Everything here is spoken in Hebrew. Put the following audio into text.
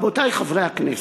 רבותי חברי הכנסת,